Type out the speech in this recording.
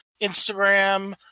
Instagram